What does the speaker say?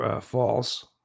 false